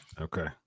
Okay